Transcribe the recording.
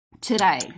Today